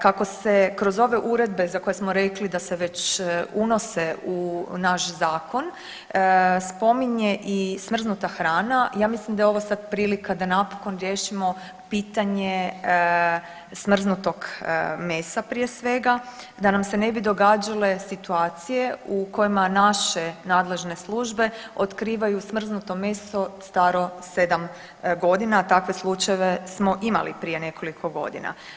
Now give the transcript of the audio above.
Kako se kroz ove uredbe za koje smo rekli da se već unose u naš zakon spominje i smrznuta hrana ja mislim da je ovo sad prilika da napokon riješimo pitanje smrznutog mesa prije svega da nam se ne bi događale situacije u kojima naše nadležne službe otkrivaju smrznuto meso staro 7 godina, a takve slučajeve smo imali prije nekoliko godina.